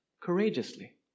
courageously